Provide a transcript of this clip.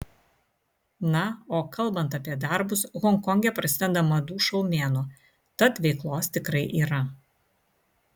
na o kalbant apie darbus honkonge prasideda madų šou mėnuo tad veiklos tikrai yra